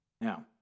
Now